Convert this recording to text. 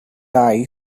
eye